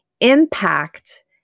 impact